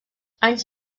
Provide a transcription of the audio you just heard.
anys